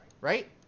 right